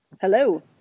Hello